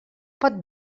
pot